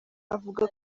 avuga